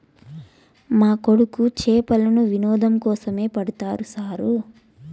మా కొడుకు చేపలను వినోదం కోసమే పడతాడు సారూ